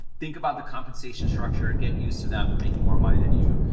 think about the compensation structure, get used to them making more money than you.